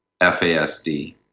FASD